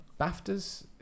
BAFTA's